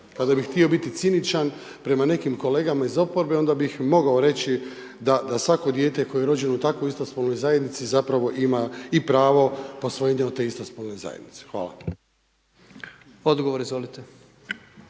kada bi htio biti ciničan prema nekim kolegama iz oporbe, onda bih mogao reći da svako dijete koje je rođeno u takvoj istospolnoj zajednici zapravo ima i pravo posvojenja od te istospolne zajednice. Hvala. **Jandroković,